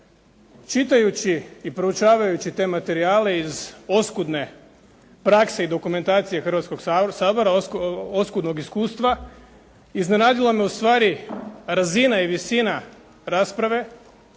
Čitajući i proučavajući te materijale iz oskudne prakse i dokumentacije Hrvatskog sabora, oskudnog iskustva, iznenadilo me ustvari razina i visina rasprave,